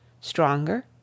stronger